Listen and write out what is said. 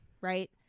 right